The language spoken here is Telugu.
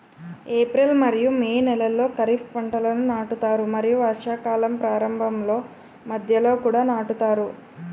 ఏప్రిల్ మరియు మే నెలలో ఖరీఫ్ పంటలను నాటుతారు మరియు వర్షాకాలం ప్రారంభంలో మధ్యలో కూడా నాటుతారు